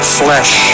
flesh